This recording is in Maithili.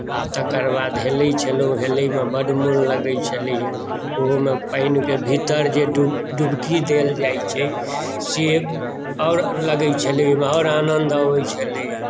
आ तकर बाद हेलैत छलहुँ हेलैमे बड मोन लगैत छलै हेँ ओहुमे पानिकेँ भीतर जे डूब डुबकी देल जाइत छै से आओर लगैत छलै ओहिमे आओर आनन्द अबैत छलै हेँ